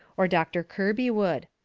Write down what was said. or doctor kirby would.